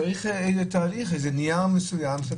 צריך נייר מסוים.